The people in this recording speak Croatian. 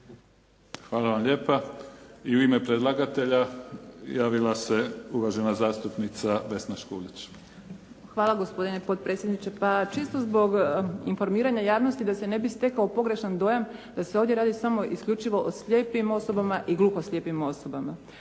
Hvala vam lijepa. I u ime predlagatelja javila se uvažena zastupnica Vesna Škulić. **Škulić, Vesna (SDP)** Hvala gospodine potpredsjedniče. Pa čisto zbog informiranja javnosti, da se ne bi stekao pogrešan dojam, da se ovdje radi samo isključivo o slijepim osobama i gluhoslijepim osobama.